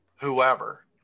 whoever